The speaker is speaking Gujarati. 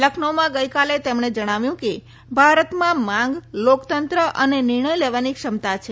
લખનઉમાં ગઈકાલે તેમણે કહ્યુંકે ભારતમાં માંગ લોકતંત્ર અને નિર્ણય લેવાની ક્ષમતા છે